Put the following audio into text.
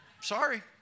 Sorry